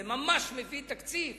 זה "ממש" תלוי בתקציב